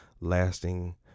lasting